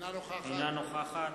אינה נוכחת